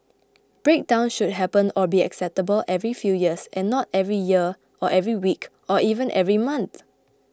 breakdowns should happen or be acceptable every few years and not every year or every week or even every month